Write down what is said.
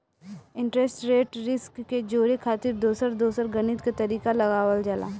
interest rate risk के जोड़े खातिर दोसर दोसर गणित के तरीका लगावल जाला